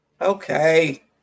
Okay